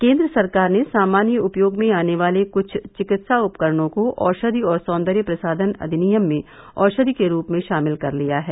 केन्द्र सरकार ने सामान्य उपयोग में आने वाले कुछ चिकित्सा उपकरणों को औषधि और सौंदर्य प्रसाधन अधिनियम में औषधि के रूप में शामिल कर लिया है